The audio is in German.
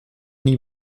nie